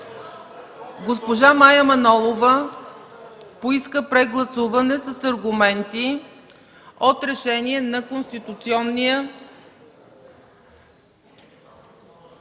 Госпожа Мая Манолова поиска прегласуване с аргументи от решение на Конституционния